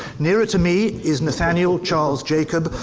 nearer to me is nathaniel charles jacob,